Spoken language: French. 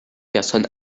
personne